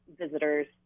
Visitors